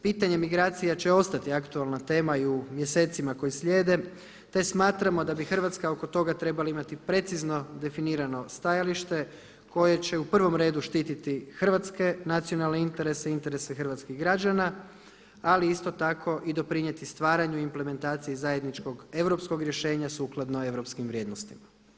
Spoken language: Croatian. Pitanje migracija će ostati aktualna tema i u mjesecima koji slijede te smatramo da bi Hrvatska oko toga trebala imati precizno definirano stajalište koje će u prvom redu štititi hrvatske nacionalne interese, interese hrvatskih građana ali isto tako i doprinijeti stvaranju implementacije zajedničkog europskog rješenja sukladno europskim vrijednostima.